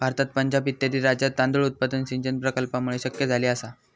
भारतात पंजाब इत्यादी राज्यांत तांदूळ उत्पादन सिंचन प्रकल्पांमुळे शक्य झाले आसा